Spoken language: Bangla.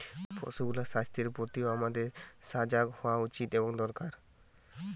পশুগুলার স্বাস্থ্যের প্রতিও আমাদের সজাগ হওয়া উচিত এবং দরকার